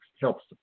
helps